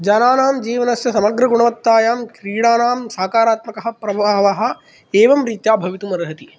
जनानां जीवनस्य समग्रगुणवत्तायां क्रीडाणां सकारात्मकः प्रभावः एवं रीत्या भवितुम् अर्हति